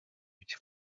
byo